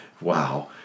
Wow